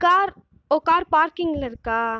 car car பார்க்கிங்கில் இருக்கா